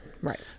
right